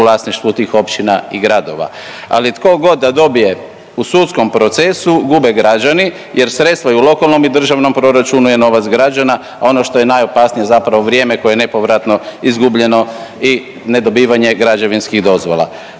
u vlasništvu tih općina i gradova. Ali tko god da dobije u sudskom procesu gube građani jer sredstva i u lokalnom i državnom proračunu je novac građana, a ono što je najopasnije je zapravo vrijeme koje je nepovratno izgubljeno i nedobivanje građevinskih dozvola.